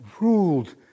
ruled